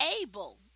able